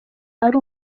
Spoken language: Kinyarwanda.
ari